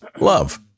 love